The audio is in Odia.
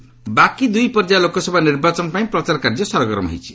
କ୍ୟାମ୍ପେନିଂ ବାକି ଦୂଇ ପର୍ଯ୍ୟାୟ ଲୋକସଭା ନିର୍ବାଚନ ପାଇଁ ପ୍ରଚାର କାର୍ଯ୍ୟ ସରଗରମ୍ ହୋଇଛି